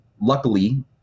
luckily